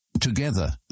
Together